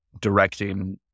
directing